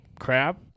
crab